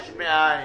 נכון?